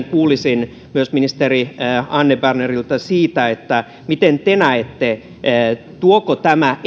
kuulisin myös ministeri anne berneriltä siitä miten te näette tuoko tämä